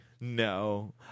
No